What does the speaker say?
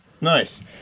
Nice